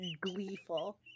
gleeful